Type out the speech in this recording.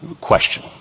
question